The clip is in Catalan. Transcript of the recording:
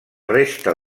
resta